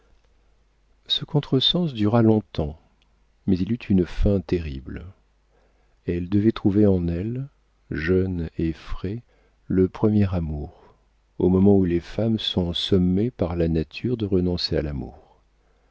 ce contre-sens dura longtemps mais il eut une fin terrible elle devait trouver en elle jeune et frais le premier amour au moment où les femmes sont sommées par la nature de renoncer à l'amour